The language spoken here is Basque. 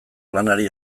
lanari